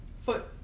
foot